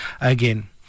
again